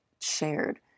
shared